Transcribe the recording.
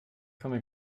komme